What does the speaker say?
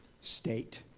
state